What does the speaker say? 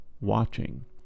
watching